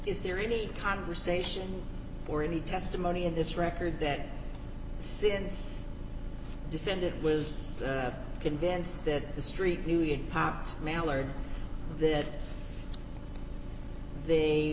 is there any conversation or any testimony in this record that since defended was convinced that the st louis pot mallard that they